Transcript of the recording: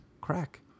Crack